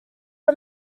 are